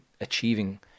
achieving